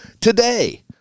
today